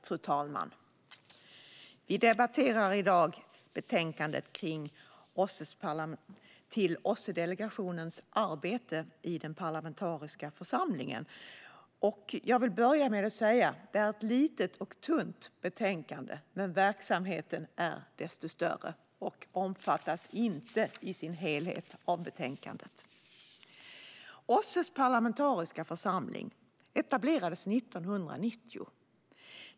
Fru talman! Vi debatterar i dag betänkandet om OSSE-delegations arbete i den parlamentariska församlingen. Jag vill börja med att säga att det är ett litet och tunt betänkande, men verksamheten är desto större och omfattas inte i sin helhet av betänkandet. OSSE:s parlamentariska församling etablerades 1990.